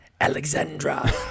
Alexandra